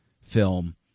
film